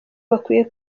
bakwiye